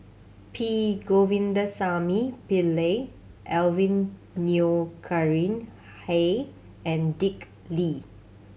P Govindasamy Pillai Alvin Yeo Khirn Hai and Dick Lee